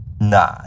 Nah